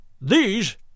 These